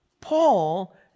Paul